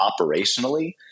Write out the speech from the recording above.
operationally